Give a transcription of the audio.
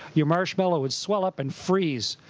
your marshmallow would swell up and freeze.